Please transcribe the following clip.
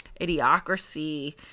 idiocracy